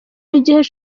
igihe